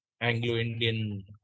Anglo-Indian